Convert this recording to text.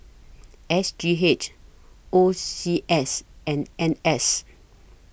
S G H O C S and N S